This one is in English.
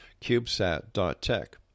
CubeSat.tech